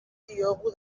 diogu